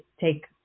take